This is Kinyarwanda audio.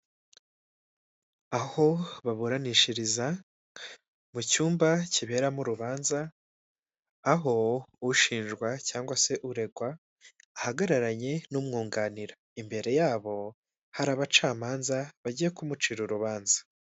Aho baburanishiriza mu cyumba kiberamo urubanza aho ushinjwa cyangwa se uregwa ahagararanye n'umwunganira imbere yabo hari abacamanza bagiye kumucira urubanza.